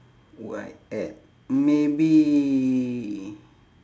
would I add maybe